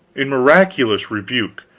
in miraculous rebuke!